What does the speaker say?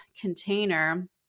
container